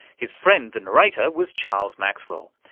his friend the narrator was charles maxwell.